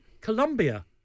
Colombia